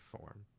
form